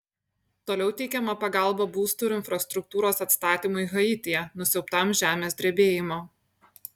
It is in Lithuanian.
toliau teikiama pagalba būstų ir infrastruktūros atstatymui haityje nusiaubtam žemės drebėjimo